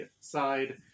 side